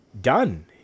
done